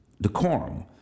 decorum